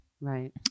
Right